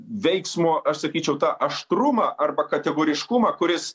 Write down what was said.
veiksmo aš sakyčiau tą aštrumą arba kategoriškumą kuris